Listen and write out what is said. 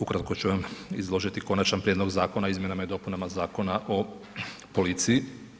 Ukratko ću vam izložiti Konačan prijedlog Zakona o izmjenama i dopunama Zakona o policiji.